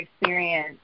experience